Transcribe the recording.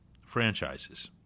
franchises